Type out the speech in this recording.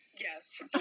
Yes